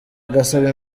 agasaba